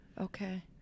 Okay